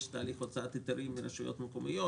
יש תהליך הוצאת היתרים ברשויות מקומיות,